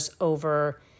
over